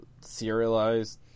serialized